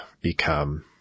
become